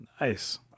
Nice